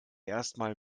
erstmal